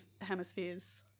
Hemisphere's